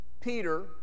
Peter